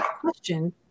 question